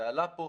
זה עלה פה.